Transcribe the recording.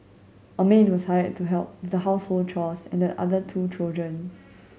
a maid was hired to help with the household chores and the other two children